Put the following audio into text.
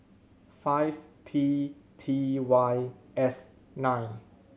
five P T Y S nine